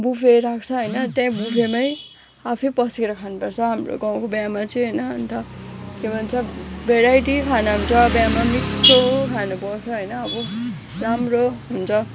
buffet राख्छ होइन त्यहीँ बुफेमै आफै पस्केर खानु पर्छ हाम्रो गाउँको बिहेमा चाहिँ होइन अन्त के भन्छ भेराइटी खाना हुन्छ बिहेमा मिठो खानु पाउँछ होइन अब राम्रो हुन्छ